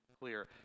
clear